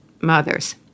mothers